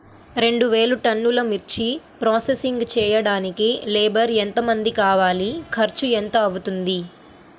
రెండు వేలు టన్నుల మిర్చి ప్రోసెసింగ్ చేయడానికి లేబర్ ఎంతమంది కావాలి, ఖర్చు ఎంత అవుతుంది?